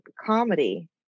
comedy